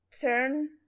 turn